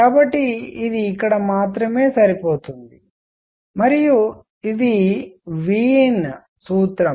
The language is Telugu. కాబట్టి ఇది ఇక్కడ మాత్రమే సరిపోతుంది మరియు ఇది వీన్ సూత్రం